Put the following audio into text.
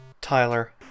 Tyler